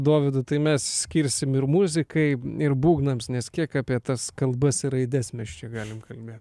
dovydu tai mes skirsim ir muzikai ir būgnams nes kiek apie tas kalbas ir raides mes čia galim kalbėt